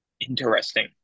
Interesting